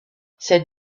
cette